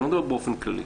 אני לא מדבר באופן כללי,